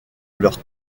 leur